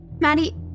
Maddie